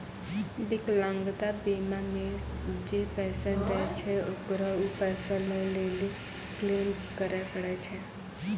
विकलांगता बीमा मे जे पैसा दै छै ओकरा उ पैसा लै लेली क्लेम करै पड़ै छै